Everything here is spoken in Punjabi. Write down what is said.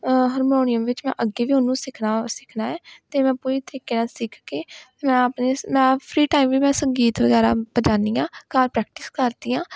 ਹਰਮੋਨੀਅਮ ਵਿੱਚ ਮੈਂ ਅੱਗੇ ਵੀ ਉਹਨੂੰ ਸਿੱਖਣਾ ਸਿੱਖਣਾ ਹੈ ਅਤੇ ਮੈਂ ਪੂਰੇ ਤਰੀਕੇ ਨਾਲ ਸਿੱਖ ਕੇ ਮੈਂ ਆਪਣੇ ਮੈਂ ਫਰੀ ਟਾਈਮ ਵੀ ਮੈਂ ਸੰਗੀਤ ਵਗੈਰਾ ਵਜਾਉਂਦੀ ਹਾਂ ਘਰ ਪ੍ਰੈਕਟਿਸ ਕਰਦੀ ਹਾਂ